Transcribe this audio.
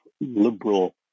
liberal